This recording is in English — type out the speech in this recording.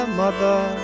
mother